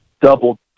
double